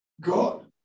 God